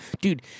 Dude